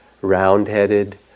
round-headed